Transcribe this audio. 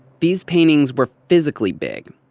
these paintings were physically big,